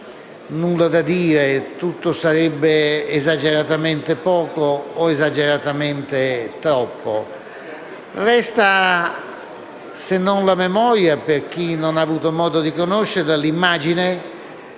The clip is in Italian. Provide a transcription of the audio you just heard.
nulla da dire, in quanto tutto sarebbe esageratamente poco o esageratamente troppo. Resta, se non la memoria per chi non ha avuto modo di conoscerla, l'immagine